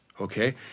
okay